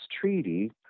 treaty